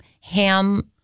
ham